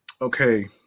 okay